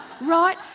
Right